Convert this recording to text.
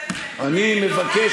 למה